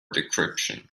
decryption